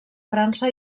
frança